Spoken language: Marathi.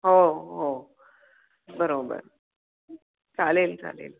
हो हो बरोबर चालेल चालेल